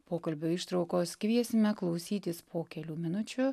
pokalbio ištraukos kviesime klausytis po kelių minučių